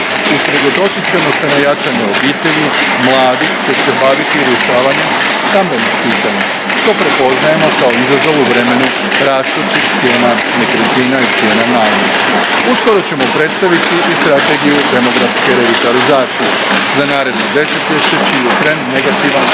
Usredotočit ćemo se na jačanje obitelji, mladih te se baviti i rješavanjem stambenih pitanja, što prepoznajemo kao izazov u vremenu rastućih cijena nekretnina i cijena najma. Uskoro ćemo predstaviti i Strategiju demografske revitalizacije za naredno desetljeće, čiji je trend negativan